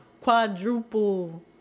quadruple